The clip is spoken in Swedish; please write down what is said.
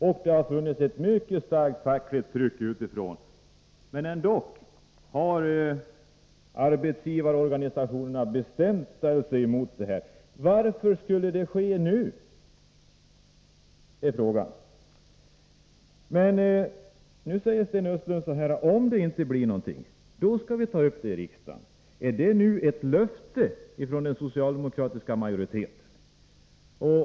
Det har också funnits ett mycket starkt fackligt tryck utifrån, men trots detta har arbetsgivarorganisationerna bestämt motsatt sig. Varför skulle det gå nu? Nu säger Sten Östlund att vi skall ta upp saken i riksdagen, om det inte blir något resultat. Är detta ett löfte från socialdemokratiska majoritetens sida?